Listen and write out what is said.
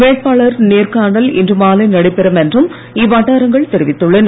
வேட்பாளர் நேர்காணல் இன்று மாலை நடைபெறும் என்றும் இவ்வட்டாரங்கள் தெரிவித்துள்ளன